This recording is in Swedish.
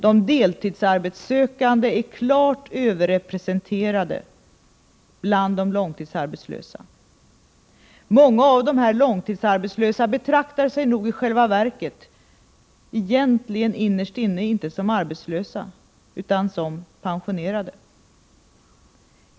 De deltidarbetssökande är klart överrepresenterade bland de långtidsarbetslösa. Många av de långtidsarbetslösa betraktar sig nog i själva verket, innerst inne, inte som arbetslösa utan som pensionerade.